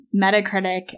Metacritic